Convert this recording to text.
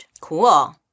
Cool